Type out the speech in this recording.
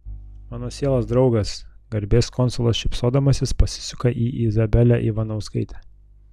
mano sielos draugas garbės konsulas šypsodamasis pasisuka į izabelę ivanauskaitę